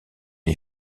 les